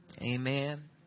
amen